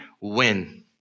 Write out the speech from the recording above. Win